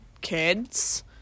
kids